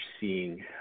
seeing